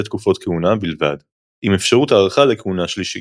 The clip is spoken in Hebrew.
תקופות כהונה בלבד עם אפשרות הארכה לכהונה שלישית.